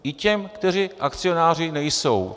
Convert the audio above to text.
I těm, kteří akcionáři nejsou.